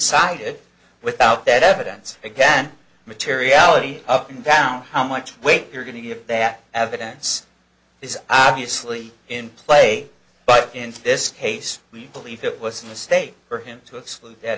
decided without that evidence again materiality up and down how much weight you're going to give that evidence is obviously in play but in this case we believe it was a mistake for him to exclude that